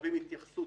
להוסיף,